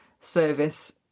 service